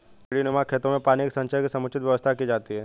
सीढ़ीनुमा खेतों में पानी के संचय की समुचित व्यवस्था की जाती है